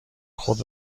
خود